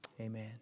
amen